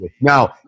Now